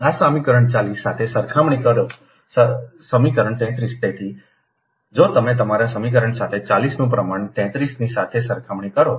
આ સમીકરણ 40 સાથે સરખામણી કરો સમીકરણ 33તેથી જો તમે તમારા સમીકરણ સાથે 40 નું પ્રમાણ 33 ની સાથે સરખામણી કરો